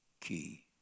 Key